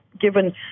given